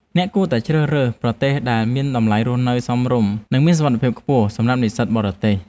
អ្នកគួរតែជ្រើសរើសប្រទេសដែលមានតម្លៃរស់នៅសមរម្យនិងមានសុវត្ថិភាពខ្ពស់សម្រាប់និស្សិតបរទេស។